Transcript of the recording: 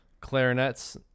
clarinets